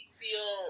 feel